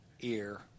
ear